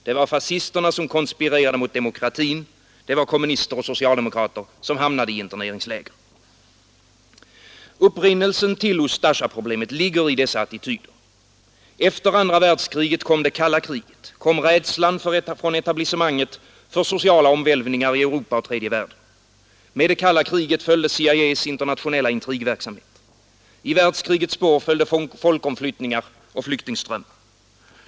Det var fascisterna som konspirerade mot demokratin, det var kommunister och socialdemokrater som hamnade i interneringsläger. Upprinnelsen till Ustasjaproblemet ligger i dessa attityder. Efter andra världskriget kom det kalla kriget. Då kom rädslan från etablissemanget för sociala omvälvningar i Europa och Tredje världen. Med det kalla kriget följde CIA:s internationella intrigverksamhet. I världskrigets spår följde folkomflyttningar och flyktingströmmar.